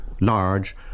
Large